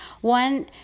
one